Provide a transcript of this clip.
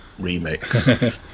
remix